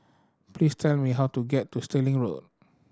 please tell me how to get to Stirling Road